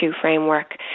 framework